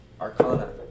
arcana